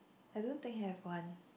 I don't think have one